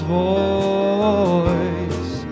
voice